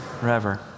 forever